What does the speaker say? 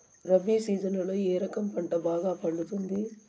రబి సీజన్లలో ఏ రకం పంట బాగా పండుతుంది